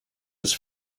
his